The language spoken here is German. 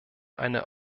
eine